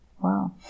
wow